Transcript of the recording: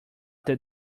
that